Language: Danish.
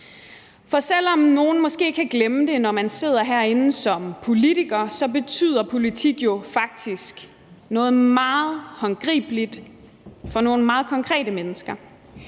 For selv om nogen måske kan glemme det, når man sidder herinde som politiker, så betyder politik jo faktisk noget meget håndgribeligt for nogle meget konkrete mennesker.